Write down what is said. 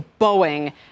Boeing